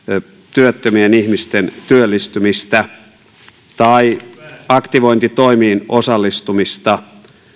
työttömien ihmisten työllistymistä tai aktivointitoimiin osallistumista